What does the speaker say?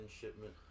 shipment